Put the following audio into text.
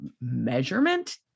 measurement